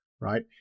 right